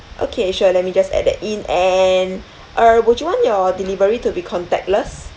okay sure let me just add that in and err would you want your delivery to be contactless